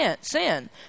sin